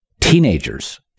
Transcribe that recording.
teenagers